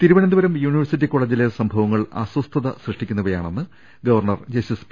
Thiruvananthapuram university കോളജിലെ സംഭവങ്ങൾ അസ്വ സ്ഥത സൃഷ്ടിക്കുന്നതാണെന്ന് ഗവർണർ ജസ്റ്റിസ് പി